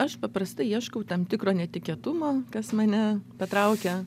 aš paprastai ieškau tam tikro netikėtumo kas mane patraukia